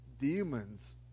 demons